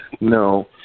No